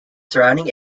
surrounding